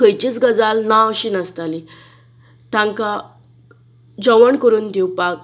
कसलीच गजाल ना अशी नासताली तांकां जेवण करून दिवपाक